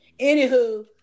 anywho